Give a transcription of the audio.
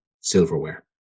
silverware